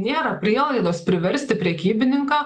nėra prielaidos priversti prekybininką